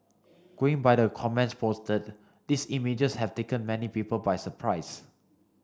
going by the comments posted these images have taken many people by surprise